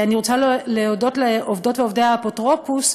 אני רוצה להודות לעובדות ועובדי האפוטרופוס,